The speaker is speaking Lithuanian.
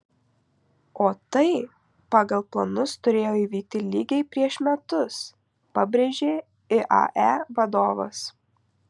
o tai pagal planus turėjo įvykti lygiai prieš metus pabrėžė iae vadovas